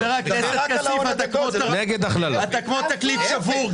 חבר הכנסת כסיף, אתה כמו תקליט שבור.